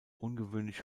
ungewöhnlich